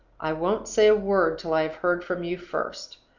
i won't say a word till i have heard from you first.